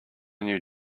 new